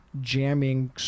jamming